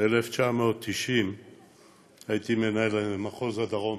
ב-1990 הייתי מנהל מחוז הדרום,